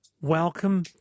welcome